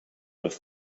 have